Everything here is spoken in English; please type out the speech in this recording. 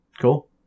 Cool